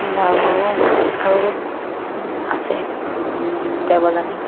আৰু আৰু আছে দেবজানী